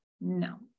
No